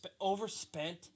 overspent